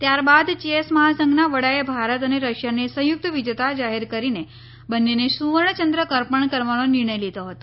ત્યારબાદ ચેસ મહાસંઘના વડાએ ભારત અને રશિયાને સંયુક્ત વિજેતા જાહેર કરીને બંનેને સુવર્ણચંદ્રક અર્પણ કરવાનો નિર્ણય લીધો હતો